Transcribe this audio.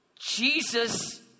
Jesus